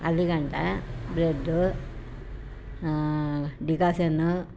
ಅಲ್ಲಿಗಂಟ bread ಡಿಕಾಸನ್ನು